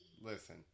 Listen